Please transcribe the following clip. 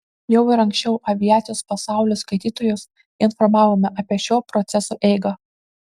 jau ir anksčiau aviacijos pasaulio skaitytojus informavome apie šio proceso eigą